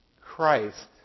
Christ